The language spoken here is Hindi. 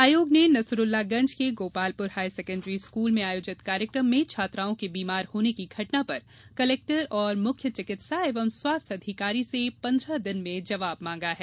आयोग ने नसरुल्लागंज के गोपालपुर हाई सेकेंडरी स्कूल में आयोजित कार्यक्रम में छात्राओं के बीमार होने की घटना पर संज्ञान लेते हुए कलेक्टर और मुख्य चिकित्सा एवं स्वास्थ्य अधिकारी से पन्द्रह दिन में जवाब मांगा है